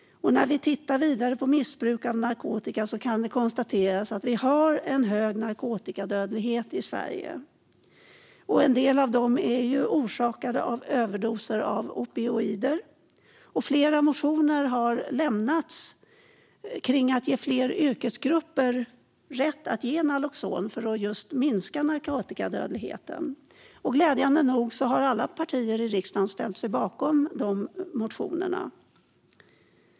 När vi tittar närmare på missbruk av narkotika kan det konstateras att vi har en hög narkotikadödlighet i Sverige. En del av dödsfallen är orsakade av överdoser av opioider. Flera motioner har lämnats om att ge fler yrkesgrupper rätt att ge naloxon för att minska narkotikadödligheten. Glädjande nog har alla partier i riksdagen ställt sig bakom dessa motioner.